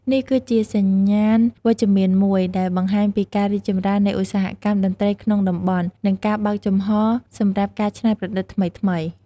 នេះគឺជាសញ្ញាណវិជ្ជមានមួយដែលបង្ហាញពីការរីកចម្រើននៃឧស្សាហកម្មតន្ត្រីក្នុងតំបន់ និងការបើកចំហរសម្រាប់ការច្នៃប្រឌិតថ្មីៗ។